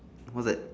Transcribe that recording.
what's that